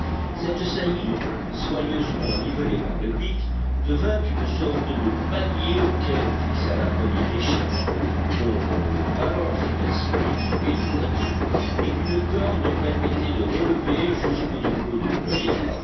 cette saillie soigneusement nivelée par le pic devint une sorte de palier auquel on fixa la première échelle dont le ballant fut ainsi diminué de moitié et qu'une corde permettait de relever jusqu'au niveau de